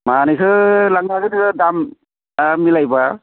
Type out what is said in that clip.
मानैखो लांनो हागोन नोङो दाम दाम मिलायोबा